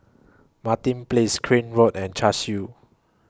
Martin Place Crane Road and Cashew